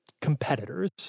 competitors